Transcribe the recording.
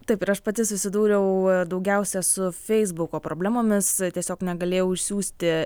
taip ir aš pati susidūriau daugiausia su feisbuko problemomis tiesiog negalėjau išsiųsti